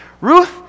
Ruth